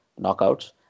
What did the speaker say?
knockouts